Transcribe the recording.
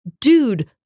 dude